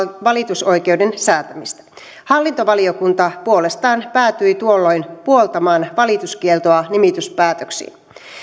valitusoikeuden säätämistä hallintovaliokunta puolestaan päätyi tuolloin puoltamaan valituskieltoa nimityspäätöksiin